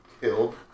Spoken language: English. killed